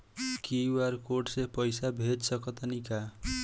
QR code से पईसा भेज सक तानी का?